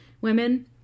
women